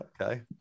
okay